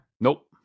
Nope